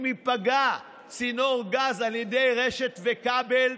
אם ייפגע צינור גז על ידי רשת וכבל,